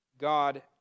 God